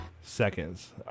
seconds